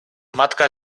matka